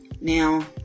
Now